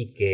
y que